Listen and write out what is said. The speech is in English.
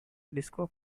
disco